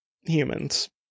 humans